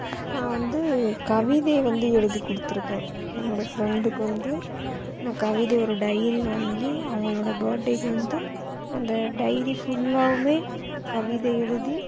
நான் வந்து கவிதை வந்து எழுதி கொடுத்துருக்கேன் என்னோட ஃப்ரெண்டுக்கு வந்து நான் கவிதை ஒரு டைரி வாங்கி அவங்களோட பர்த்டேக்கு வந்து அந்த டைரி ஃபுல்லாவுமே கவிதை எழுதி